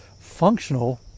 functional